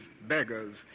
beggars